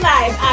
Live